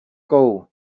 gold